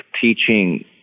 teaching